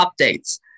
updates